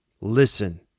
Listen